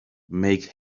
make